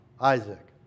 Isaac